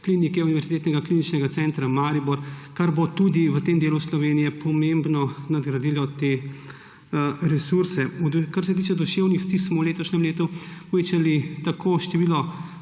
klinike Univerzitetnega kliničnega centra Maribor, kar bo tudi v tem delu Slovenije pomembno nadgradilo te resurse. Kar se tiče duševnih stisk, smo v letošnjem letu povečali tako število